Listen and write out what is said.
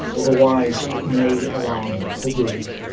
otherwise it may alarm the public.